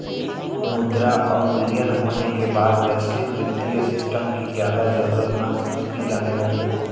मुद्रा अवमूल्यन होने के बाद वैश्विक वित्तीय सिस्टम की ज्यादा जरूरत महसूस की जाने लगी